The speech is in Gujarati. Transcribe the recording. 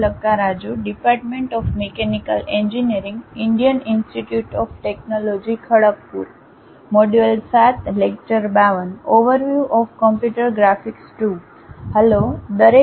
હેલો દરેક